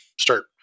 start